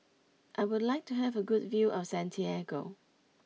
I would like to have a good view of Santiago